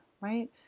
right